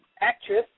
actress